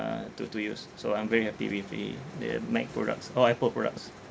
uh to to use so I'm very happy with the uh mac products orh Apple products